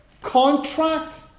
contract